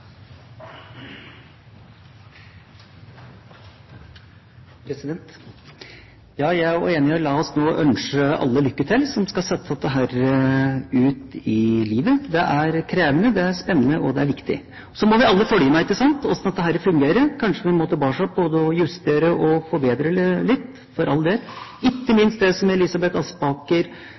Ja, jeg også er enig. La oss nå ønske alle lykke til, de som skal sette dette ut i livet. Det er krevende, det er spennende, og det er viktig. Så må vi alle følge med hvordan dette fungerer. Kanskje må vi tilbake for å justere og forbedre litt – for all del. Ikke minst det som Elisabeth Aspaker